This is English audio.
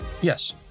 Yes